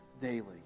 daily